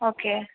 okay